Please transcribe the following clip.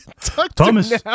Thomas